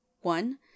One